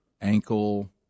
ankle